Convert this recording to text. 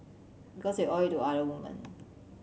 because you owe it to other women